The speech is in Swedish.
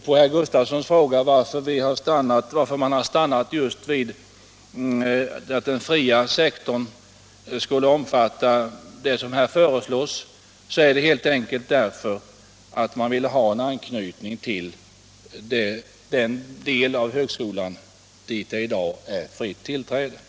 På herr Gustafssons i Barkarby fråga varför man stannat för att just den fria sektorn skulle omfattas av det som här föreslås vill jag svara att det helt enkelt beror på att man vill ha en anknytning till den del av högskolan som det i dag är fritt tillträde till.